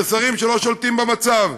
ושרים שלא שולטים במצב.